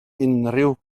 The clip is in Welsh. unrhyw